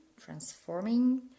transforming